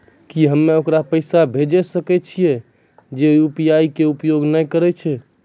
की हम्मय ओकरा पैसा भेजै सकय छियै जे यु.पी.आई के उपयोग नए करे छै?